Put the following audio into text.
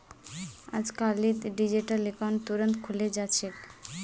अजकालित digital account तुरंत खुले जा छेक